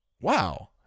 wow